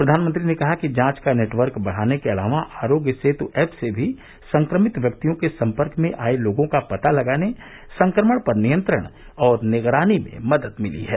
प्रधानमंत्री ने कहा कि जांच का नेटवर्क बढ़ाने के अलावा आरोग्य सेतु एप से भी संक्रमित व्यक्तियों के सम्पर्क में आए लोगों का पता लगाने संक्रमण पर नियंत्रण और निगरानी में मदद मिली है